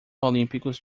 olímpicos